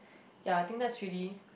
ya I think that's really